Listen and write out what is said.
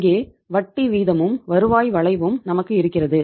இங்கே வட்டி விகிதமும் வருவாய் வளைவும் நமக்கு இருக்கிறது